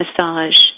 massage